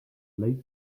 lace